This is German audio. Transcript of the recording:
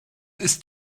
ist